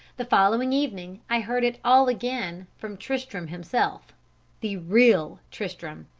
the following evening i heard it all again from tristram himself the real tristram.